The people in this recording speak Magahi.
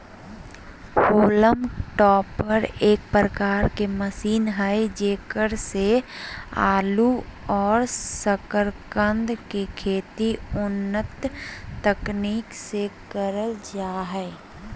हॉलम टॉपर एक प्रकार के मशीन हई जेकरा से आलू और सकरकंद के खेती उन्नत तकनीक से करल जा हई